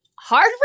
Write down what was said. Hard